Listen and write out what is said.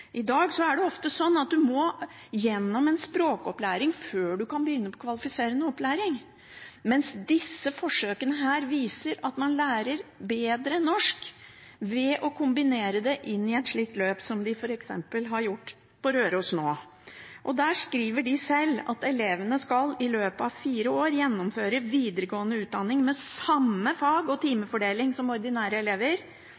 I dag er det ofte sånn at man må gjennom en språkopplæring før man kan begynne på kvalifiserende opplæring, mens disse forsøkene viser at man lærer bedre norsk ved å kombinere det med et slikt løp som de f.eks. har på Røros nå. Der skriver de sjøl at elevene skal i løpet av fire år gjennomføre videregående utdanning med samme fag- og